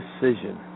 decision